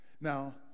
Now